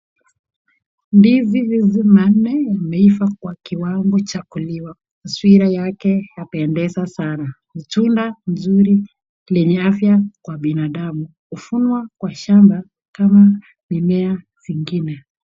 Ndizi hizi manne yameweza kuiva kwa kiwango cha kuliwa, taswira yake yapendeza sana. Tunda mzuri lenye afya kwa binadamu huvunwa kwa shamba kama mimea zingine.